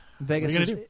Vegas